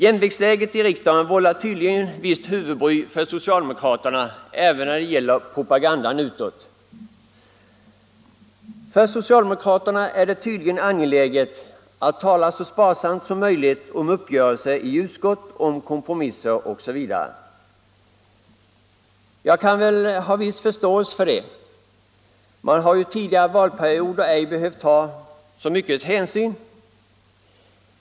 Jämviktsläget i riksdagen vållar tydligen visst ”huvudbry” för socialdemokraterna även när det gäller propagandan utåt. För socialdemokraterna tycks det vara angeläget att tala så sparsamt som möjligt om uppgörelser i utskott, om kompromisser osv. Jag kan väl ha viss förståelse för det, man har under tidigare valperioder ej behövt ta så mycket hänsyn.